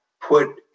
put